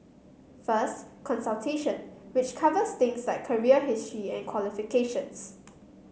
first consultation which covers things like career history and qualifications